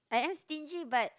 I am stingy but